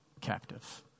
captive